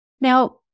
Now